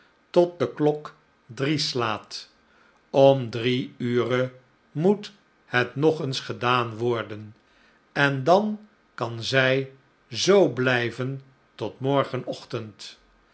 tot de klok drie slaat om drie ure moet het nog eens gedaan worden en dan kan zij zoo blijven tot morgenochtend